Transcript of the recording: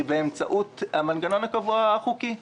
היא באמצעות המנגנון החוקי הקבוע,